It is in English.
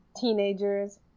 teenagers